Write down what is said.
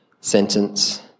sentence